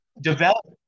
develop